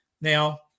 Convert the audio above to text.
Now